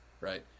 right